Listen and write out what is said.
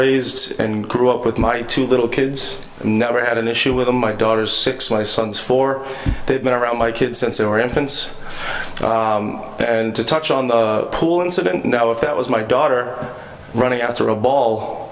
raised and grew up with mighty little kids and never had an issue with my daughters six my sons four they've been around my kids since they were infants and to touch on the pool incident now if that was my daughter running after a ball